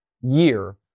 year